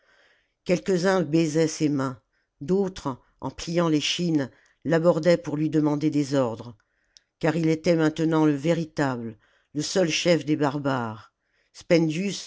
quelques-uns baisaient ses mains d'autres en pliant l'échine l'abordaient pour lui demander des ordres car il était maintenant le véritable le seul chef des barbares